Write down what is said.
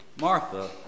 Martha